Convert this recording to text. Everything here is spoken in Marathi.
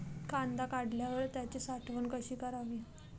कांदा काढल्यावर त्याची साठवण कशी करावी?